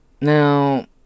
Now